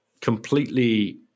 completely